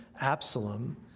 Absalom